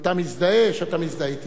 אני בטוח שאם אתה מזדהה, שאתה מזדהה אתי.